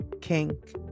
kink